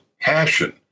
passion